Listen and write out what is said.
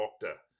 doctor